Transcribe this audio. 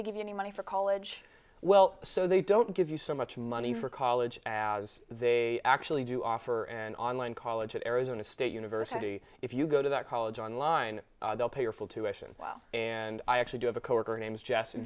ey give you any money for college well so they don't give you so much money for college as they actually do offer an online college at arizona state university if you go to that college online they'll pay your full tuition well and i actually do have a coworker name is jess